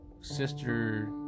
Sister